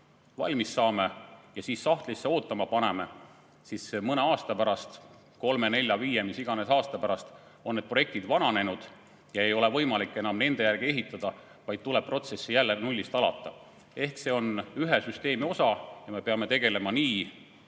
valmis saame ja sahtlisse ootama paneme, siis mõne aasta pärast, kolme, nelja, viie aasta pärast, mitme aasta pärast iganes, on need projektid vananenud ja ei ole võimalik enam nende järgi ehitada, vaid tuleb protsessi jälle nullist alata. Ehk see on ühe süsteemi osa ja me peame tegelema